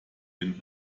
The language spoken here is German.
den